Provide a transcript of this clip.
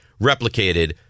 replicated